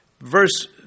Verse